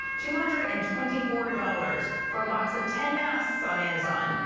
two hundred and twenty four dollars for a box of ten masks on amazon,